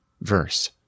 verse